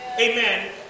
Amen